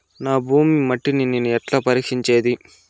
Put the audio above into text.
నా భూమి మట్టిని నేను ఎట్లా పరీక్షించేది?